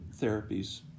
therapies